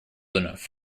enough